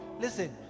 Listen